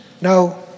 Now